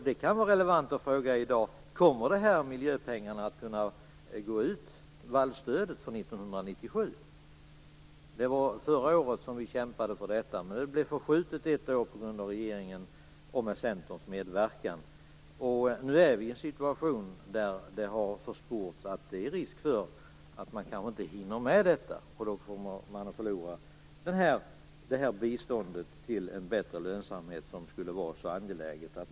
Det kan vara relevant att i dag fråga: Kommer de här miljöpengarna, vallstödet, att kunna gå ut för 1997? Förra året kämpade vi för detta, men det blev förskjutet ett år på grund av regeringen och med Centerns medverkan. Vi är nu i en situation där det har sports att man kanske inte hinner med detta. Man kommer då att förlora det här biståndet till en bättre lönsamhet som skulle vara så angelägen.